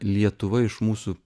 lietuva iš mūsų